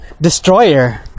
Destroyer